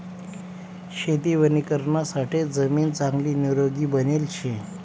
शेती वणीकरणासाठे जमीन चांगली निरोगी बनेल शे